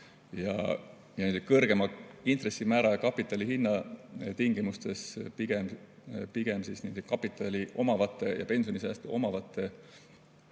Ja kõrgema intressimäära ja kapitali hinna tingimustes on kapitali omavate ja pensionisääste omavate